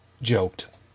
joked